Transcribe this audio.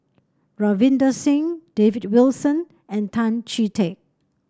Ravinder Singh David Wilson and Tan Chee Teck